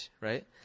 right